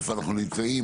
איפה אנחנו נמצאים,